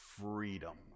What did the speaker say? freedom